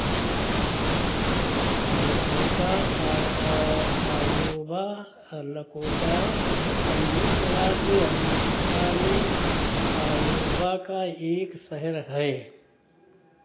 Lakota Iowa Lakota संयुक्त राज्य America में आयोवा का एक शहर है